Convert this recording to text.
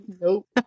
Nope